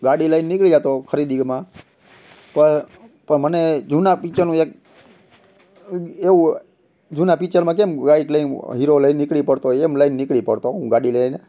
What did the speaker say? ગાડી લઈ ને નીકળી જતો ખરીદીમાં પણ મને જૂનાં પિક્ચરનું એક એવું જૂનાં પિક્ચરમાં કેમ બાઇક લઈ ને હીરો લઈ ને નીકળી પડતો હોય એમ લઈ ને નીકળી પડતો હું ગાડી લઈ ને